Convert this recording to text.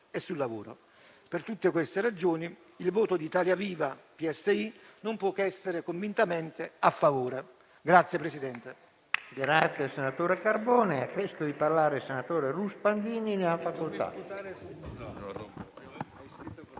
e sul lavoro. Per tutte queste ragioni, il voto di Italia Viva-PSI non può che essere convintamente a favore.